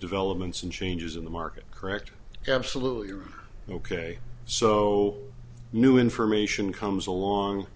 developments and changes in the market correct absolutely ok so new information comes along